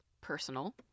personal